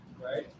right